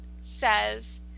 says